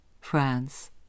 France